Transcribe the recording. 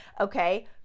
Okay